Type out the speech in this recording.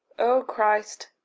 o christ,